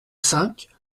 cinq